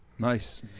nice